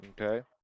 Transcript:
Okay